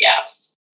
gaps